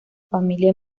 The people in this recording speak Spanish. familia